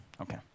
Okay